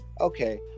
okay